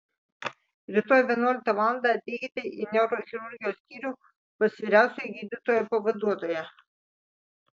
rytoj vienuoliktą valandą ateikite į neurochirurgijos skyrių pas vyriausiojo gydytojo pavaduotoją